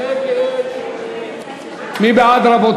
רבותי, מי בעד?